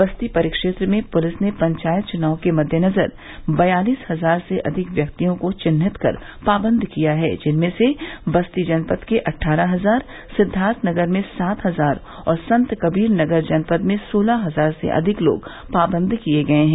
बस्ती परिक्षेत्र में पुलिस ने पंचायत चुनाव के मद्देनजर बयालीस हजार से अधिक व्यक्तियों को चिन्हित कर पाबंद किया है जिनमें से बस्ती जनपद के अट्ठारह हजार सिद्वार्थनगर में सात हजार और संतकबीर नगर जनपद में सोलह हजार से अधिक लोग पाबंद किये गये हैं